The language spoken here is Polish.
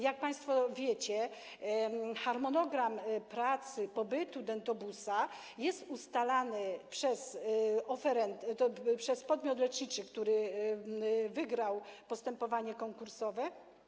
Jak państwo wiecie, harmonogram pracy, pobytu dentobusu jest ustalany przez podmiot leczniczy, który wygrał postępowanie konkursowe.